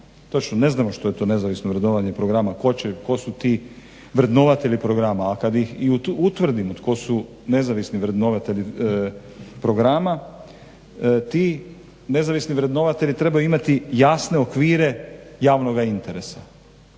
točno ne znamo što je to nezavisno vrednovanje programa, tko su ti vrednovatelji programa, a kad ih i utvrdimo tko su nezavisni vrednovatelji programa ti nezavisni vrednovatelji trebaju imati jasne okvire javnoga interesa.